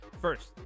First